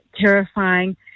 terrifying